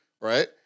right